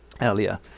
earlier